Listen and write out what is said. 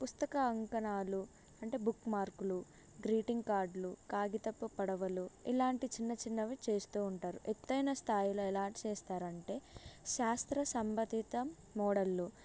పుస్తక అంకణాలు అంటే బుక్మార్కులు గ్రీటింగ్ కార్డులు కాగితపు పడవలు ఇలాంటి చిన్న చిన్నవి చేస్తూ ఉంటారు ఎత్తైన స్థాయిలో ఎలా చేస్తారంటే శాస్త్ర సంబంధిత మోడళ్ళు